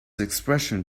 expression